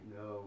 no